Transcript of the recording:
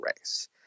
race